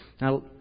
Now